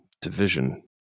division